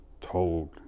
told